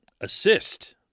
assist